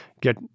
get